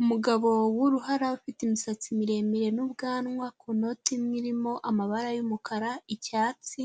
Umugabo w’uruhara ufite imisatsi miremire n'ubwanwa ku noti imwe irimo amabara y’umukara, icyatsi.